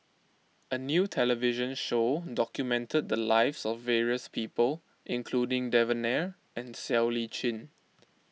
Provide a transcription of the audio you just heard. a new television show documented the lives of various people including Devan Nair and Siow Lee Chin